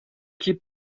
keep